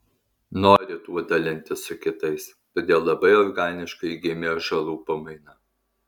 noriu tuo dalintis su kitais todėl labai organiškai gimė ąžuolų pamaina